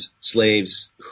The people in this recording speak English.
slaves